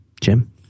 Jim